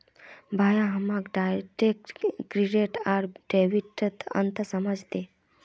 भाया हमाक direct credit आर डेबिटत अंतर समझइ दे